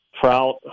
trout